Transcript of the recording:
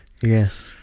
Yes